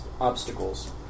obstacles